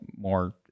more